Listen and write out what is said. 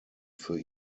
für